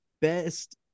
best